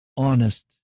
honest